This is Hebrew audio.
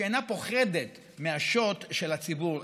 שאינה פוחדת מהשוט של הציבור,